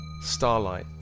Starlight